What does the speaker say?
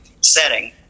setting